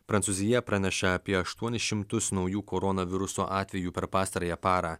prancūzija praneša apie aštuonis šimtus naujų koronaviruso atvejų per pastarąją parą